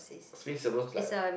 servers like